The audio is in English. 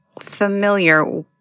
familiar